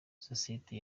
sosiyete